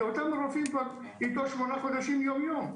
כי אותם רופאים כבר איתו שמונה חודשים יום-יום.